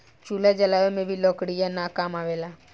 चूल्हा जलावे में भी लकड़ीये न काम आवेला